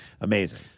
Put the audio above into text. amazing